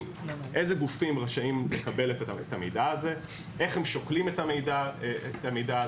איזה גופים רשאים לקבל את המידע הזה ואיך הם שוקלים את המידע הזה.